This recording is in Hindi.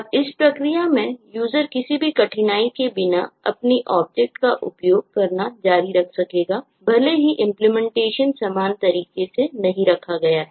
और उस प्रक्रिया में यूजर समान तरह से नहीं रखा गया है